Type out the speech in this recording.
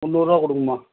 முந்நூறுபா கொடுங்கம்மா